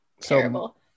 terrible